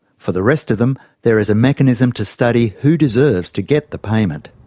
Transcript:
for the rest of them there is a mechanism to study who deserves to get the payment.